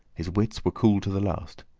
his wits were cool to the last.